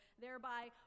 thereby